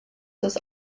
das